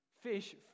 Fish